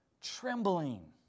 trembling